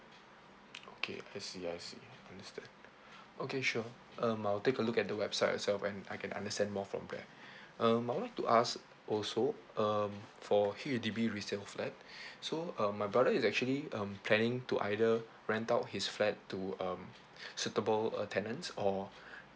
okay I see I see understand okay sure um I'll take a look at the website itself and I can understand more from there um I would like to ask also um for H_D_B resale flat so um my brother is actually um planning to either rent out his flat to um suitable uh tenants or